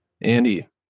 Andy